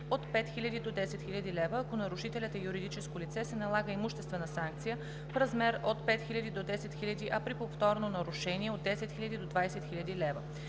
от 5000 до 10 000 лв. Ако нарушителят е юридическо лице, се налага имуществена санкция в размер от 5000 до 10 000 лв., а при повторно нарушение – от 10 000 до 20 000 лв.“